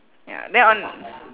ya then on